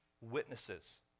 witnesses